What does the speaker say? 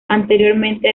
anteriormente